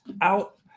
out